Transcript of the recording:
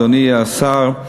אדוני השר,